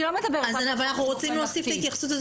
אנחנו רוצים להוסיף התייחסות.